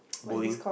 bowing